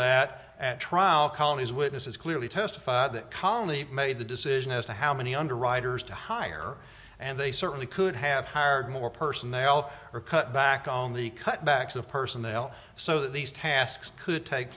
that at trial colonies witnesses clearly testify calmly made the decision as to how many underwriters to hire and they certainly could have hired more personnel or cut back on the cutbacks of personnel so these tasks could take